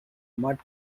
mud